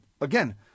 again